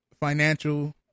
financial